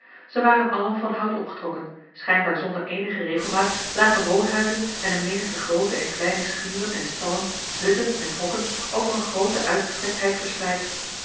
ze waren alle van hout opgetrokken schijnbaar zonder eenige regelmaat lagen woonhuizen en eene menigte groote en kleine schuren en stallen hutten en hokken over eene groote uitgestrektheid verspreid